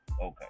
Okay